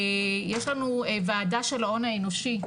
יש לנו וועדה של ההון האנושי,